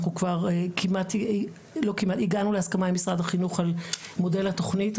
אנחנו כבר הגענו להסכמה עם משרד החינוך על מודל התכנית.